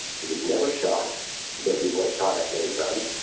he was never shot though he was shot at many times,